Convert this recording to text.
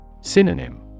Synonym